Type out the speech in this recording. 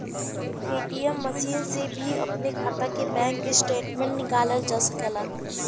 ATM machine से भी अपने खाता के बैंक स्टेटमेंट निकालल जा सकेला